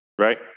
right